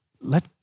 Let